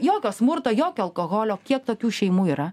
jokio smurto jokio alkoholio kiek tokių šeimų yra